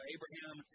Abraham